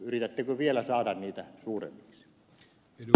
yritättekö vielä saada niitä suuremmiksi